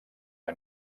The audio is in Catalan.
que